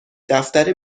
دفتر